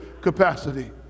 capacity